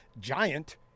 giant